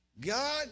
God